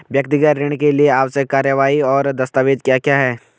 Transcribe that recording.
व्यक्तिगत ऋण के लिए आवश्यक कार्यवाही और दस्तावेज़ क्या क्या हैं?